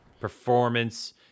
performance